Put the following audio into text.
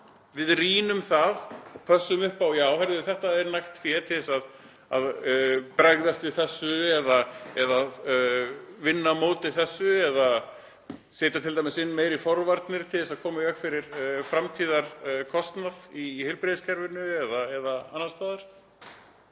Við rýnum það og pössum upp á þetta: Já, þetta er nægt fé til að bregðast við þessu eða vinna á móti þessu eða setja t.d. inn meiri forvarnir til að koma í veg fyrir framtíðarkostnað í heilbrigðiskerfinu eða annars staðar.